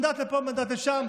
מנדט לפה מנדט לשם,